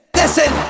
listen